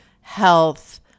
health